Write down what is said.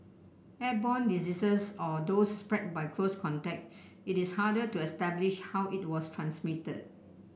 airborne diseases or those spread by close contact it is harder to establish how it was transmitted